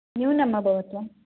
न्यूनम् अभवत् वा